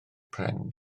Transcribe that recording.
pren